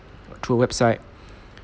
through a website